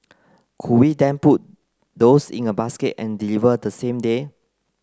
could we then put those in a basket and deliver the same day